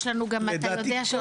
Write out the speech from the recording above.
יש לנו גם אתה יודע --- לדעתי,